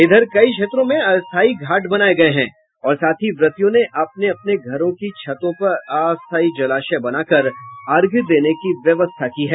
इधर कई क्षेत्रों में अस्थायी घाट बनाये गये हैं और साथ ही व्रतियों ने अपने अपने घरों की छतों पर अस्थायी जलाश्य बनाकर अर्घ्य देने की व्यवस्था की है